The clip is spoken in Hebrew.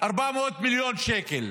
400 מיליון שקל.